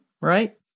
right